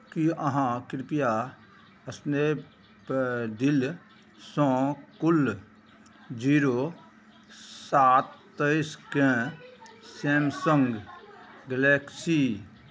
की अहाँ कृपया स्नैपडीलसँ कुल जीरो सात तेइसके सैमसंग गैलेक्सी